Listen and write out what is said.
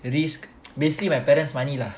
the risk basically my parents money lah